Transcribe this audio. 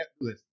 listen